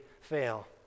fail